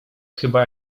chyba